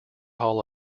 hall